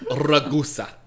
Ragusa